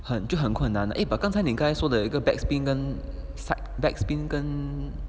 很就很困难的 eh 把刚才你该说的一个 back spin 跟 side back spin 跟